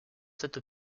cette